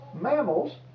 mammals